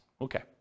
Okay